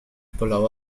blow